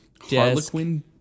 Harlequin